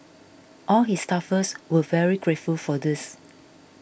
all his staffers were very grateful for this